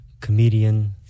comedian